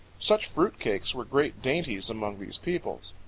such fruit cakes were great dainties among these people.